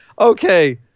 okay